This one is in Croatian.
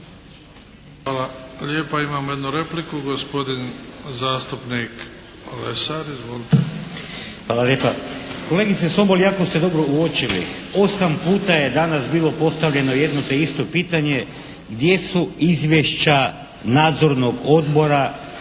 Hvala lijepa. Imamo jednu repliku, gospodin zastupnik Lesar. Izvolite. **Lesar, Dragutin (HNS)** Hvala lijepa. Kolegice Sobol jako ste dobro uočili, 8 puta je danas bilo postavljano jedno te isto pitanje, gdje su izvješća nadzornog odbora